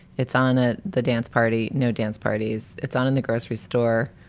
it's on ah the dance party. no dance parties. it's on in the grocery store.